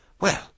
Well